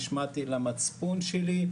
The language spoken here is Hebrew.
נשמעתי למצפון שלי,